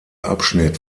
abschnitt